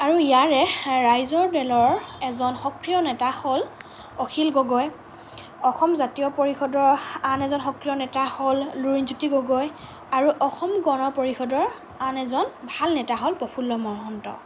আৰু ইয়াৰে ৰাইজৰ দলৰ এজন সক্ৰিয় নেতা হ'ল অখিল গগৈ অসম জাতীয় পৰিষদৰ আন এজন সক্ৰিয় নেতা হ'ল লুৰীণজ্যোতি গগৈ আৰু অসম গণ পৰিষদৰ আন এজন ভাল নেতা হ'ল প্ৰফুল্ল মহন্ত